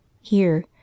Here